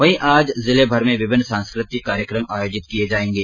वहीं आज जिलेभर में विभिन्न सांस्कृतिक कार्यक्रम आयोजित किए जाएंगे